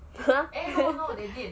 !huh!